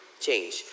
change